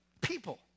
people